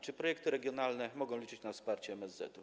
Czy projekty regionalne mogą liczyć na wsparcie MSZ?